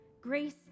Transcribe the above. Grace